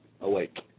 awake